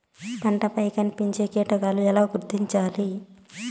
పంటలపై కనిపించే కీటకాలు ఎలా గుర్తించాలి?